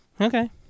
Okay